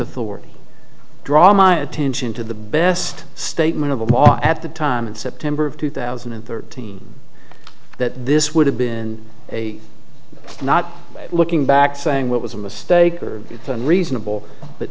authority draw my attention to the best statement of all at the time and september of two thousand and thirteen that this would have been a not looking back saying what was a mistake or be reasonable but